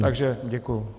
Takže děkuji.